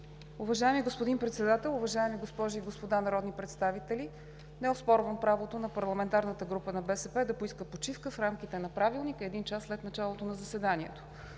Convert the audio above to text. Уважаеми господин Председател, уважаеми госпожи и господа народни представители! Не оспорвам правото на парламентарната група на БСП да поиска почивка в рамките на Правилника – един час след началото на заседанието.